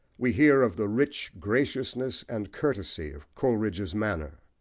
we hear of the rich graciousness and courtesy of coleridge's manner,